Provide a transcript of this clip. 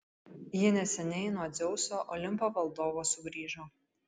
ji neseniai nuo dzeuso olimpo valdovo sugrįžo